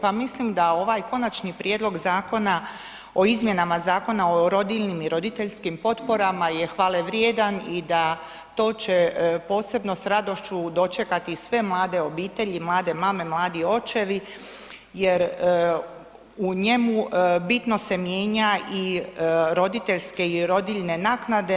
Pa mislim da ovaj konačni prijedlog zakona o izmjenama Zakona o rodiljnim i roditeljskim potporama je hvale vrijedan i da to će posebno s radošću dočekati sve mlade obitelji, mlade mame, mladi očevi jer u njemu bitno se mijenja i roditeljske i rodiljne naknade.